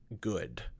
good